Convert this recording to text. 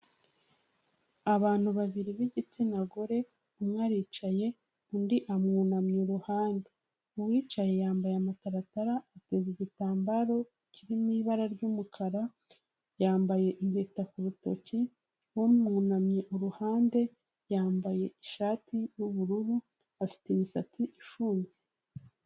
Abantu babiri b'igitsina gore umwe aricaye undi amwunamye iruhande, uwicaye yambaye amataratara ateze igitambaro kirimo ibara ry'umukara yambaye impeta ku rutoki, umwunamye iruhande yambaye ishati yubururu afite imisatsi ifunze.